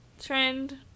trend